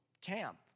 Camp